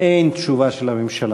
אין תשובה של הממשלה.